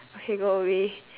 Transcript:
okay go away